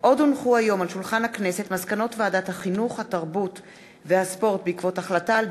שהחזירה ועדת הפנים והגנת הסביבה.